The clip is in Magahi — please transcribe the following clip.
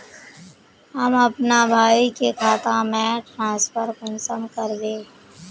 हम अपना भाई के खाता में ट्रांसफर कुंसम कारबे?